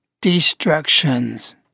destructions